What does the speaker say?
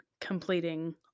completing